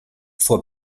vor